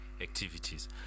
activities